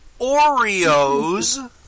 Oreos